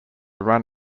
run